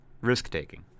Risk-taking